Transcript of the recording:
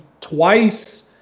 twice